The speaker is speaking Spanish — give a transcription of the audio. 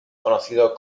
conocido